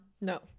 No